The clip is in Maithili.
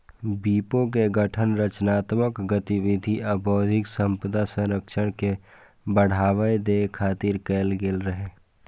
विपो के गठन रचनात्मक गतिविधि आ बौद्धिक संपदा संरक्षण के बढ़ावा दै खातिर कैल गेल रहै